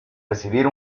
recibir